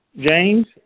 James